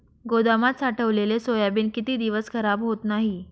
गोदामात साठवलेले सोयाबीन किती दिवस खराब होत नाही?